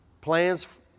Plans